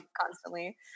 constantly